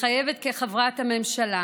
מתחייבת כחברת הממשלה